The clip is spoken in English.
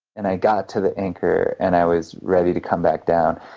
and i got to the anchor and i was ready to come back down.